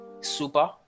Super